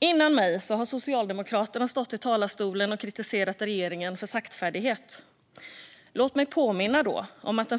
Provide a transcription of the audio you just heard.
Tidigare i debatten har Socialdemokraterna stått i talarstolen och kritiserat regeringen för saktfärdighet. Låt mig då påminna om att den